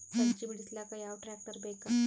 ಸಜ್ಜಿ ಬಿಡಿಸಿಲಕ ಯಾವ ಟ್ರಾಕ್ಟರ್ ಬೇಕ?